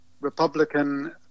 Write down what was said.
Republican